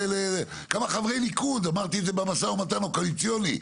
כמה חברי ליכוד אמרתי את זה במשא ומתן הקואליציוני,